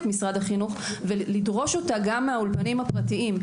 משרד החינוך ולדרוש אותה גם מהאולפנים הפרטיים.